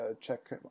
Check